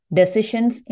decisions